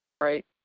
right